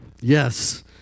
Yes